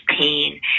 pain